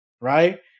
right